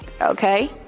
okay